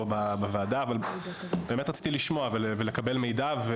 פה בוועדה רציתי לשמוע ולקבל מידע.